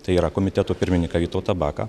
tai yra komiteto pirmininką vytautą baką